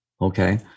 Okay